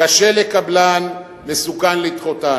קשה לקבלן, מסוכן לדחותן".